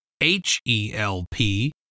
H-E-L-P